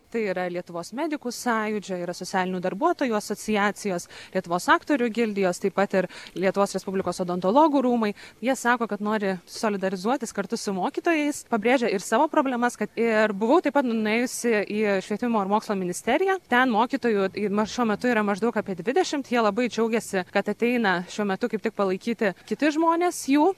tai yra lietuvos medikų sąjūdžio yra socialinių darbuotojų asociacijos lietuvos aktorių gildijos taip pat ir lietuvos respublikos odontologų rūmai jie sako kad nori solidarizuotis kartu su mokytojais pabrėžia ir savo problemas kad ir buvau taip pat nuėjusi į švietimo ir mokslo ministeriją ten mokytojų šiuo metu yra maždaug apie dvidešimt jie labai džiaugiasi kad ateina šiuo metu kaip tik palaikyti kiti žmonės jų